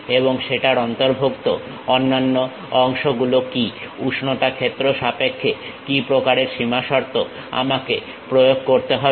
এবং সেটার অন্তর্ভুক্ত অন্যান্য অংশগুলো কি উষ্ণতা ক্ষেত্র সাপেক্ষে কি প্রকারের সীমা শর্ত আমাকে প্রয়োগ করতে হবে